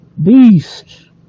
Beast